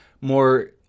more